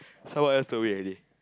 so what else don't wait already